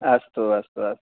अस्तु अस्तु अस्तु